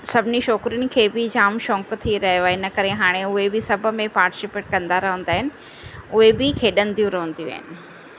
सभिनी छोकिरियुनि खे बि जाम शौक़ थी रहियो आहे इन करे हाणे उहे बि सभु में पार्टिसिपेट कंदा रहंदा आहिनि उहे बि खेॾंदियूं रहंदियूं आहिनि